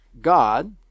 God